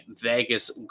Vegas